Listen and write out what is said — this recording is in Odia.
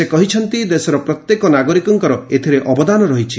ସେ କହିଛନ୍ତି ଦେଶର ପ୍ରତ୍ୟେକ ନାଗରିକଙ୍କର ଏଥିରେ ଅବଦାନ ରହିଛି